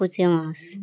পুছে মাছ